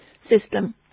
system